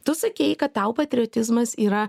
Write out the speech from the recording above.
tu sakei kad tau patriotizmas yra